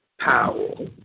Powell